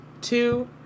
two